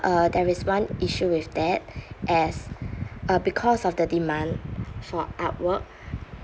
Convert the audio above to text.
uh there is one issue with that as uh because of the demand for artwork